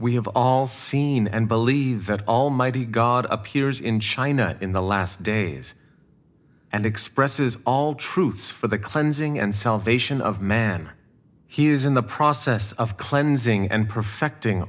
we have all seen and believe that almighty god appears in china in the last days and expresses all truths for the cleansing and salvation of man he is in the process of cleansing and perfecting